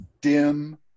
dim